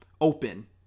open